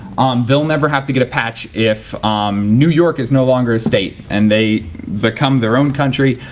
they'll never have to get a patch if new york is no longer a state and they become their own country